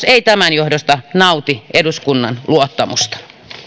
ei tämän johdosta nauti eduskunnan luottamusta